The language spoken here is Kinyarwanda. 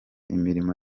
imirimo